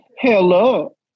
Hello